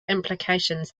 implications